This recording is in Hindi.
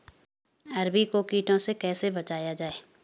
अरबी को कीटों से कैसे बचाया जाए?